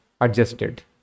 adjusted